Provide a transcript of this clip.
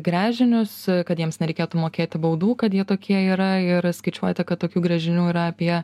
gręžinius kad jiems nereikėtų mokėti baudų kad jie tokie yra ir skaičiuojate kad tokių gręžinių yra apie